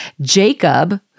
Jacob